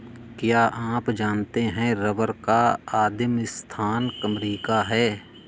क्या आप जानते है रबर का आदिमस्थान अमरीका है?